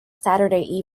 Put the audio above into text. saturday